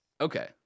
Okay